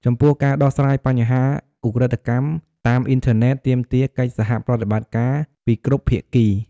ចំពោះការដោះស្រាយបញ្ហាឧក្រិដ្ឋកម្មតាមអ៊ីនធឺណិត ទាមទារ កិច្ចសហប្រតិបត្តិការពីគ្រប់ភាគី។